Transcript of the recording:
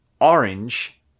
orange